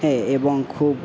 এ এবং খুব